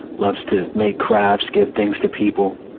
loves to make crafts, give things to people.